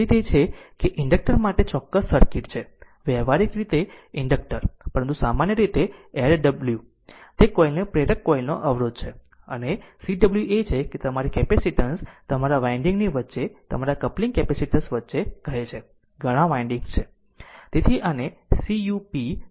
તેથી તે છે કે જે ઇન્ડક્ટર માટે ચોક્કસ સર્કિટ છે વ્યવહારીક રીતે ઇન્ડક્ટર પરંતુ સામાન્ય રીતે R w તે કોઇલને પ્રેરક કોઇલનો અવરોધ છે અને cw એ છે કે તમારી કેપેસિટન્સ તમારા વાઈન્ડિંગ ની વચ્ચે તમારા કપલિંગ કેપેસિટન્સ વચ્ચે કહે છે કે ઘણા વાઈન્ડિંગ્સ છે